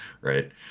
right